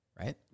right